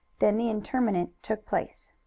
then the interment took place.